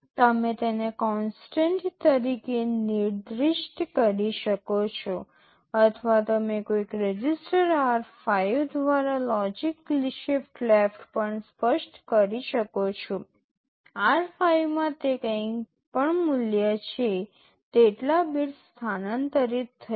તમે તેને કોન્સટન્ટ તરીકે નિર્દિષ્ટ કરી શકો છો અથવા તમે કોઈક રજિસ્ટર r5 દ્વારા લોજિકલ શિફ્ટ લેફ્ટ પણ સ્પષ્ટ કરી શકો છો r5 માં જે કંઈપણ મૂલ્ય છે તેટલા બિટ્સ સ્થાનાંતરિત થશે